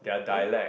really